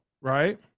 right